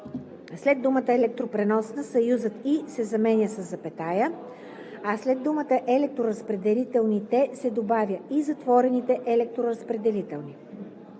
след думата „електропреносната“ съюзът „и“ се заменя със запетая, а след думата „електроразпределителните“ се добавя „и затворените електроразпределителни“.